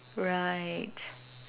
right